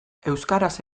euskaraz